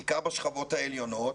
בעיקר בשכבות העליונות,